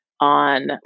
on